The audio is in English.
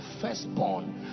firstborn